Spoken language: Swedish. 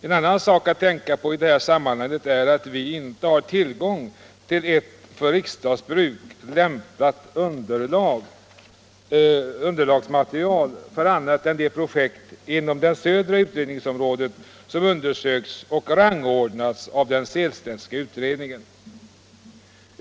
En annan sak att tänka på i sammanhanget är att vi inte har tillgång till ett för riksdagsbruk lämpat underlagsmaterial för andra än de projekt inom det södra utredningsområdet som undersökts och rangordnats av den Sehlstedtska utredningen.